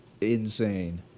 insane